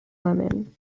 lemon